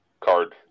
card